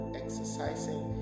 exercising